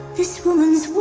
this woman's